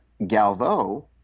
Galvo